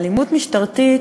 אלימות משטרתית